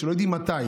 לא יודעים מתי.